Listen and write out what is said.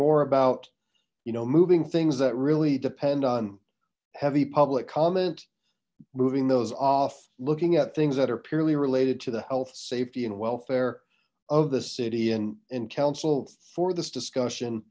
more about you know moving things that really depend on heavy public comment moving those off looking at things that are purely related to the health safety and welfare of the city and in council for this discussion